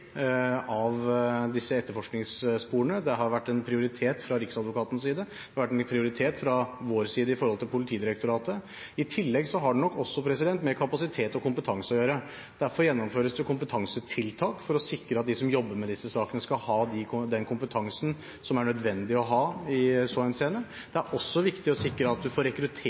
av disse etterforskningssporene. Det har vært en prioritet fra Riksadvokatens side, det har vært en prioritet fra vår side overfor Politidirektoratet. I tillegg har det nok også med kapasitet og kompetanse å gjøre. Derfor gjennomføres det kompetansetiltak for å sikre at de som jobber med disse sakene, skal ha den kompetansen som det er nødvendig å ha i så henseende. Det er også viktig å sikre at vi får rekruttert